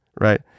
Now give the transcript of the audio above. Right